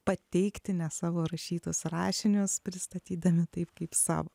pateikti ne savo rašytus rašinius pristatydami taip kaip savo